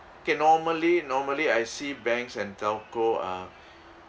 okay normally normally I see banks and telco are